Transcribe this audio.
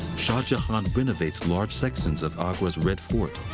shah jahan renovates large sections of agra's red fort.